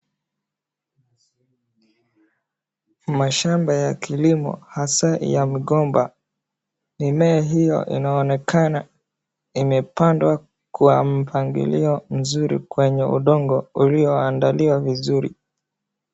Mashamba ya kilimo hasaa ya migomba. Mimea hiyo inaonekana imepangwa kwa mpangilio mzuri kwenye udongo ulioandaliwa vizuri.